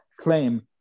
claim